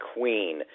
Queen